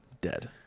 dead